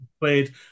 played